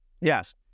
Yes